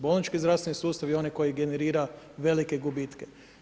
Bolnički zdravstveni sustav je onaj koji generira velike gubitke.